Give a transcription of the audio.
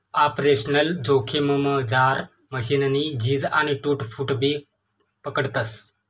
operational जोखिममझार मशीननी झीज आणि टूट फूटबी पकडतस